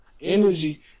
energy